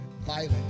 violent